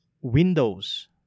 windows